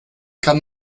kann